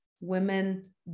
women